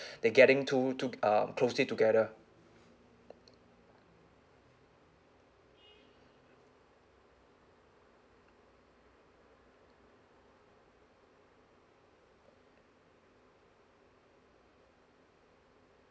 they getting too too c~ uh closely together